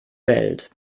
welt